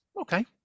okay